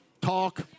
talk